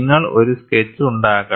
നിങ്ങൾ ഒരു സ്കെച്ച് ഉണ്ടാക്കണം